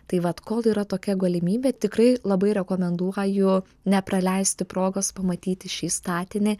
tai vat kol yra tokia galimybė tikrai labai rekomenduoju nepraleisti progos pamatyti šį statinį